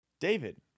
David